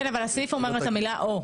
כן, אבל הסעיף אומר את המילה "או".